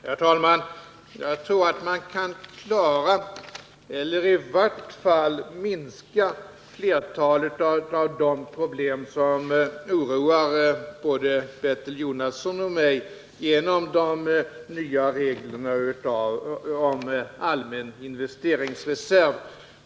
Herr talman! Jag tror att man kan klara av, eller i vart fall minska, flertalet av de problem som oroar både Bertil Jonasson och mig genom de nya reglerna om allmän investeringsreserv.